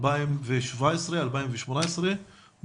2017 2018,